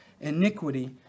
iniquity